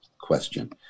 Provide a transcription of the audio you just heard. question